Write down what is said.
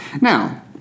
Now